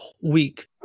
week